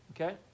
Okay